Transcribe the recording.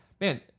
Man